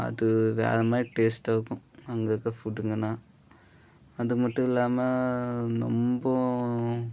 அது வேறு மாதிரி டேஸ்ட்டாக இருக்கும் அங்கே இருக்கற ஃபுட்டுங்கனால் அது மட்டும் இல்லாமல் ரொம்போ